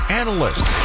analyst